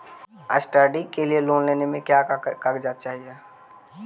Study के लिये loan लेने मे का क्या कागजात चहोये?